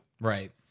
Right